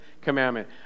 commandment